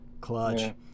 clutch